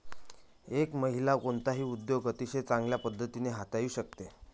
एक महिला कोणताही उद्योग अतिशय चांगल्या पद्धतीने हाताळू शकते